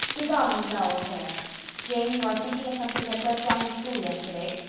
begone, dull care jane, you are thinking of something that went wrong in school yesterday.